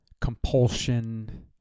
compulsion